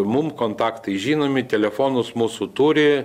mum kontaktai žinomi telefonus mūsų turi